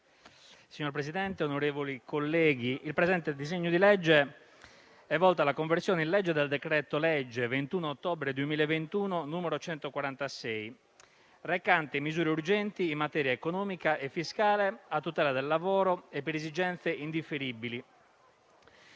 Signor Presidente, onorevoli colleghi, il presente disegno di legge è volto alla conversione in legge del decreto-legge 21 ottobre 2021, n. 146, recante misure urgenti in materia economica e fiscale, a tutela del lavoro e per esigenze indifferibili.